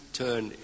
turn